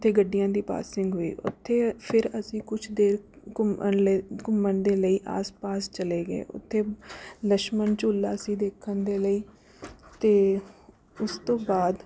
ਉੱਥੇ ਗੱਡੀਆਂ ਦੀ ਪਾਸਿੰਗ ਹੋਈ ਉੱਥੇ ਫਿਰ ਅਸੀਂ ਕੁਝ ਦੇਰ ਘੁੰਮਣ ਲਈ ਘੁੰਮਣ ਦੇ ਲਈ ਆਸ ਪਾਸ ਚਲੇ ਗਏ ਉੱਥੇ ਲਛਮਣ ਝੂਲਾ ਸੀ ਦੇਖਣ ਦੇ ਲਈ ਅਤੇ ਉਸ ਤੋਂ ਬਾਅਦ